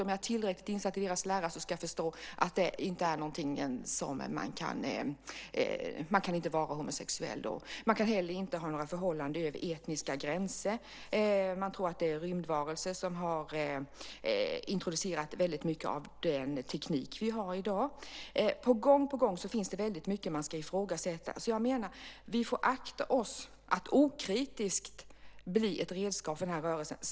Om jag är tillräckligt insatt i deras lära kommer jag att förstå att man inte kan vara homosexuell. Man kan heller inte ha några förhållanden över etniska gränser. De tror att det är rymdvarelser som har introducerat väldigt mycket av den teknik vi har i dag. Gång på gång finns det väldigt mycket man kan ifrågasätta. Vi får akta oss för att okritiskt bli ett redskap för rörelsen.